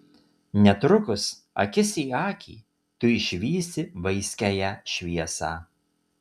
netrukus akis į akį tu išvysi vaiskiąją šviesą